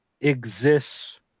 exists